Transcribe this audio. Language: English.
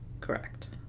correct